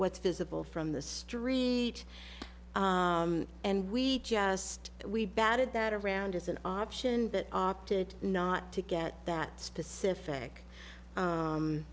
what's visible from the street and we just we batted that around as an option but opted not to get that specific